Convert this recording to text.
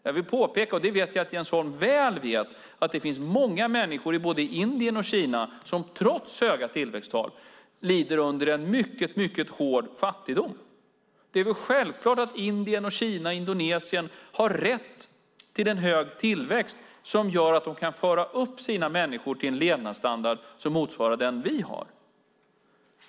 Jag vill påpeka, och det vet jag att Jens Holm väl vet, att det finns många människor i både Indien och Kina som trots höga tillväxttal lider under en mycket hård fattigdom. Det är väl självklart att Indien, Kina och Indonesien har rätt till en hög tillväxt som gör att de kan föra upp sina människor till en levnadsstandard som motsvarar den vi har.